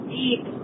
deep